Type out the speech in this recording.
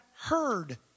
heard